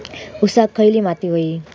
ऊसाक खयली माती व्हयी?